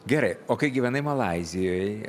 gerai o kai gyvenai malaizijoj